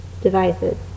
devices